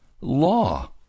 law